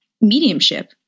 mediumship